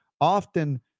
often